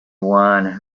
one